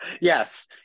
Yes